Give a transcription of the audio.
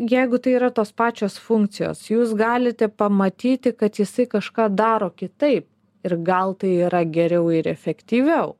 jeigu tai yra tos pačios funkcijos jūs galite pamatyti kad jisai kažką daro kitai ir gal tai yra geriau ir efektyviau